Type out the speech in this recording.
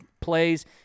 plays